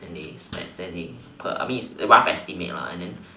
and then they spend then they per I mean it's rough estimate lah and then